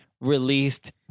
released